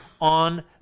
on